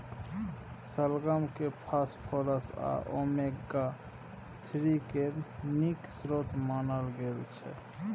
शलगम केँ फास्फोरस आ ओमेगा थ्री केर नीक स्रोत मानल गेल छै